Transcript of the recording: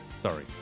Sorry